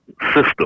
system